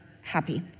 happy